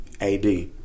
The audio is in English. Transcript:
AD